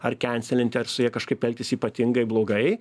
ar kenselinti ar su ja kažkaip elgtis ypatingai blogai